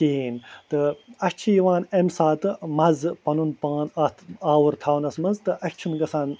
کِہیٖنۍ تہٕ اَسہِ چھِ یِوان اَمہِ ساتہٕ مَزٕ پَنُن پان اَتھ آوُر تھاونَس منٛز تہٕ اَسہِ چھِنہٕ گژھان